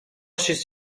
ist